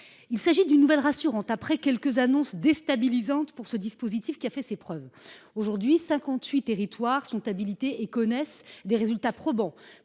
Il s’agit d’une nouvelle rassurante après quelques annonces déstabilisantes pour ce dispositif qui a fait ses preuves. Aujourd’hui, 58 territoires sont habilités et enregistrent des résultats probants,